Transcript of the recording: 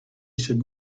should